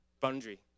boundary